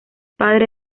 padre